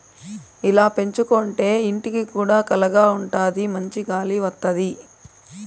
ఇలా పెంచుకోంటే ఇంటికి కూడా కళగా ఉంటాది మంచి గాలి వత్తది